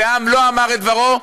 והעם לא אמר את דברו,